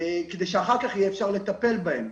כדי שאחר כך יהיה אפשר לטפל בהם.